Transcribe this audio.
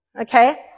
okay